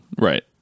Right